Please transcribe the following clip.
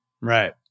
Right